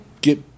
get